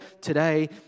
today